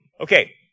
Okay